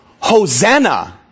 Hosanna